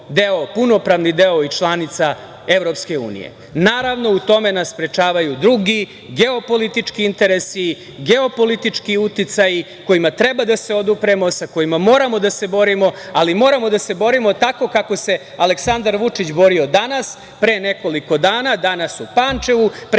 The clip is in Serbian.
punopravni deo i članica EU.Naravno, u tom nas sprečavaju drugi geopolitički interesi, geopolitički uticaji, kojima treba da se odupremo, sa kojima moramo da se borimo, ali moramo da se borimo tako kako se Aleksandar Vučić borio danas pre nekoliko dana, danas u Pančevu, pre